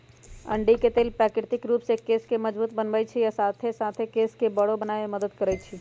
अंडी के तेल प्राकृतिक रूप से केश के मजबूत बनबई छई आ साथे साथ केश के बरो बनावे में मदद करई छई